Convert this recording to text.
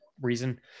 reason